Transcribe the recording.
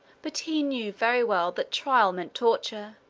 but he knew very well that trial meant torture,